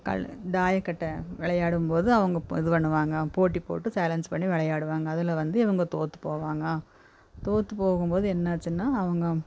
கல் தாயக்கட்டை விளையாடும்போது அவங்க ப் இது பண்ணுவாங்க போட்டி போட்டு சேலஞ்ச் பண்ணி விளையாடுவாங்க அதில் வந்து இவங்க தோற்று போவாங்க தோற்று போகும்போது என்னாச்சுன்னா அவங்க